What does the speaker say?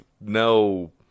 no